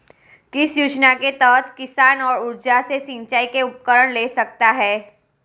किस योजना के तहत किसान सौर ऊर्जा से सिंचाई के उपकरण ले सकता है?